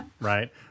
right